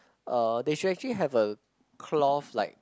uh they should actually have a cloth like